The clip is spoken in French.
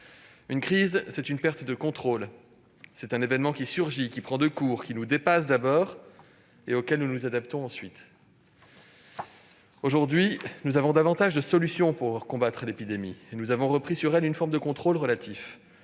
Une crise, c'est une perte de contrôle, c'est un événement qui surgit, qui prend de court, qui nous dépasse d'abord et auquel nous nous adaptons ensuite. Aujourd'hui, nous avons davantage de solutions pour combattre l'épidémie et nous avons repris sur elle un contrôle relatif.